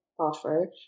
Offer